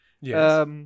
Yes